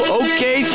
okay